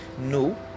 no